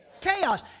Chaos